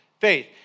faith